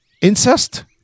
Incest